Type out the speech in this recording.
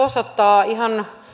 osoittaa ihan